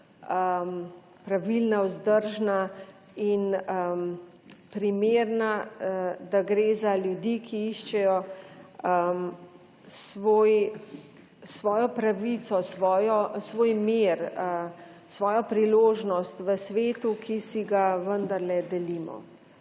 pravilna, vzdržna in primerna, da gre za ljudi, ki iščejo svoj, svojo pravico, svojo svoj mir, svojo priložnost v svetu, ki si ga vendarle delimo.